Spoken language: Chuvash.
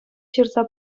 ҫырса